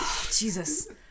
Jesus